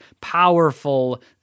powerful